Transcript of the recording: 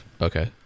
Okay